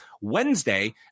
wednesday